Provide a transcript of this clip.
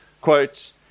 quote